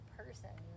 person